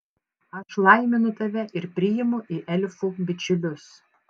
aš laiminu tave ir priimu į elfų bičiulius